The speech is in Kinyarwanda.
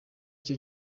cyo